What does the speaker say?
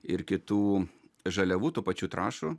ir kitų žaliavų tų pačių trąšų